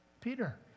Peter